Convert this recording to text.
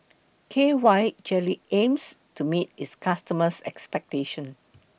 K Y Jelly aims to meet its customers' expectations